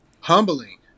humbling